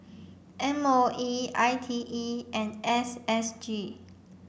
M O E I T E and S S G